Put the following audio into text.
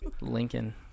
Lincoln